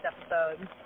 episode